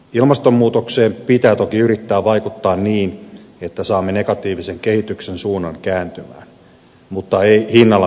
ilmastonmuutokseen pitää toki yrittää vaikuttaa niin että saamme negatiivisen kehityksen suunnan kääntymään mutta ei hinnalla millä hyvänsä